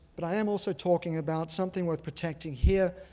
but i am also talking about something worth protecting here,